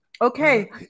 Okay